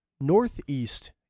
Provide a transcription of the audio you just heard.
Northeast